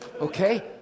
Okay